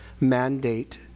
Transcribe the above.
Mandate